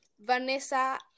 Vanessa